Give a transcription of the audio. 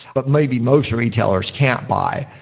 but maybe most retailers can't buy.